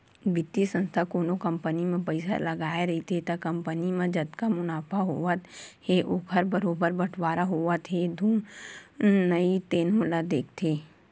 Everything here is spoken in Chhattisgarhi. बित्तीय संस्था कोनो कंपनी म पइसा लगाए रहिथे त कंपनी म जतका मुनाफा होवत हे ओखर बरोबर बटवारा होवत हे धुन नइ तेनो ल देखथे